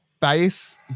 base